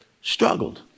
struggled